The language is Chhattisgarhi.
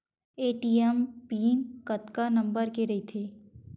ए.टी.एम पिन कतका नंबर के रही थे?